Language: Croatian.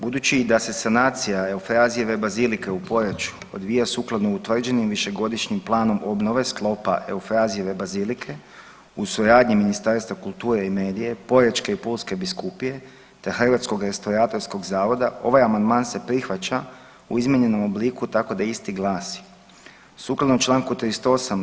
Budući da se sanacije Eufrazijeve bazilike u Poreču odvija sukladno utvrđenim višegodišnjim planom obnove sklopa Eufrazijeve bazilike u suradnji Ministarstva kulture i medije, Porečke i Pulske biskupije, te Hrvatskog restauratorskog zavoda ovaj amandman se prihvaća u izmijenjenom obliku tako da isti glasi: Sukladno čl. 38.